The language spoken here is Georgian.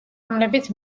რომლებიც